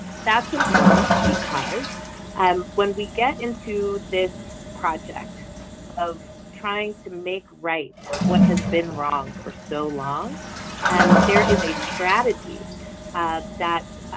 that's important because and when we get into this project of trying to make right what has been wrong for so long and there is a strategy that